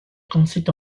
conseille